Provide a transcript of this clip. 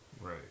Right